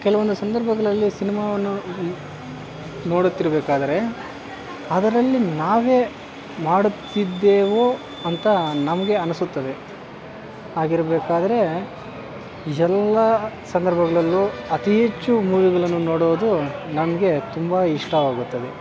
ಕೆಲವೊಂದು ಸಂದರ್ಭಗಳಲ್ಲಿ ಸಿನಿಮಾವನ್ನು ನೋಡುತ್ತಿರಬೇಕಾದರೆ ಅದರಲ್ಲಿ ನಾವೇ ಮಾಡುತ್ತಿದ್ದೇವೋ ಅಂತ ನಮಗೆ ಅನ್ನಿಸುತ್ತದೆ ಹಾಗಿರಬೇಕಾದ್ರೆ ಎಲ್ಲ ಸಂದರ್ಭಗಳಲ್ಲೂ ಅತಿ ಹೆಚ್ಚು ಮೂವಿಗಳನ್ನು ನೋಡುವುದು ನಮಗೆ ತುಂಬ ಇಷ್ಟವಾಗುತ್ತದೆ